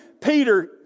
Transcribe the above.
Peter